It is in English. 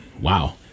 Wow